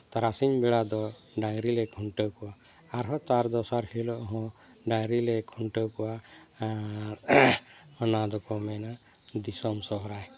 ᱛᱟᱨᱟᱥᱤᱧ ᱵᱮᱲᱟ ᱫᱚ ᱰᱟᱝᱨᱤᱞᱮ ᱠᱷᱩᱱᱴᱟᱹᱣ ᱠᱚᱣᱟ ᱟᱨᱦᱚᱸ ᱛᱟᱨ ᱫᱚᱥᱟᱨ ᱦᱤᱞᱳᱜ ᱦᱚᱸ ᱰᱟᱝᱨᱤᱞᱮ ᱠᱷᱩᱱᱴᱟᱹᱣ ᱠᱚᱣᱟ ᱟᱨ ᱚᱱᱟ ᱫᱚᱠᱚ ᱢᱮᱱᱟ ᱫᱤᱥᱚᱢ ᱥᱚᱦᱚᱨᱟᱭ